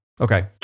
Okay